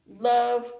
love